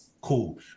Cool